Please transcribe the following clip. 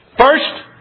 First